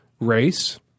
race